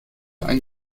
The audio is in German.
ein